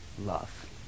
love